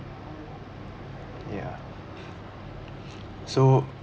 ya so